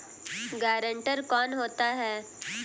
Guarantor कौन होता है?